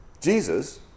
Jesus